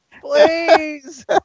Please